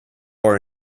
are